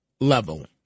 level